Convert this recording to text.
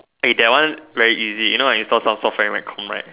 eh that one very easy you know I install some software in my com right